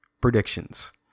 predictions